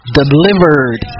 delivered